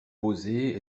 posé